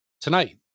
Tonight